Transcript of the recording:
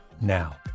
now